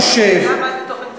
השאלה מה זה "תוכן ציבורי".